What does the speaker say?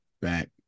back